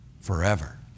forever